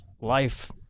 life